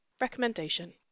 Recommendation